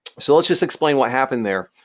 so let's just explain what happened there.